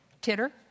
Titter